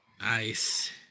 nice